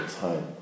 time